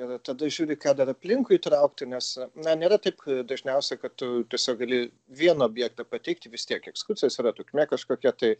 ir tada žiūri ką dar aplinkui įtraukti nes na nėra taip dažniausiai kad tu tiesiog gali vieną objektą pateikti vis tiek ekskursijos yra trukmė kažkokia tai